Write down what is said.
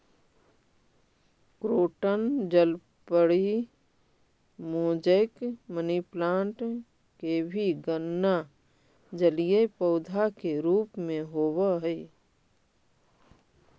croton जलपरी, mosaic, money plant के भी गणना जलीय पौधा के रूप में होवऽ हइ